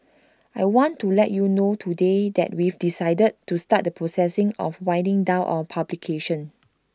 I want to let you know today that we've decided to start the process of winding down our publication